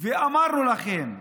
ואמרנו לכם,